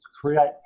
create